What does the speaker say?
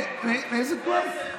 מאיזו תנועה הוא?